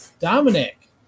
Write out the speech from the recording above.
Dominic